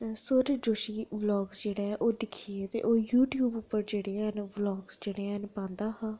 सौरी two से block जेह्ड़ा ऐ ओह् दिक्खियै ओह् युट्यूब पर जेह्ड़े है न बलाक्स जेह्ड़े हैन पांदा हा